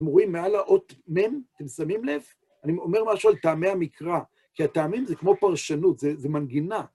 אתם רואים מעל האות מם? אתם שמים לב? אני אומר משהו על טעמי המקרא, כי הטעמים זה כמו פרשנות, זה מנגינה.